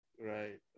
right